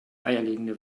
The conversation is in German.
eierlegende